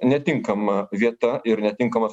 netinkama vieta ir netinkamas